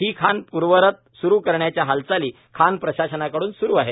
ही खाण पूर्वरत स्रू करण्याच्या हालचाली खाण प्रशासनाकडून सुरू आहेत